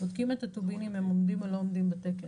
בודקים את הטובין אם הם עומדים או לא עומדים בתקן.